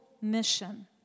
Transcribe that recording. mission